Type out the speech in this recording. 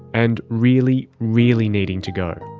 and really, really needing to go.